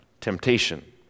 temptation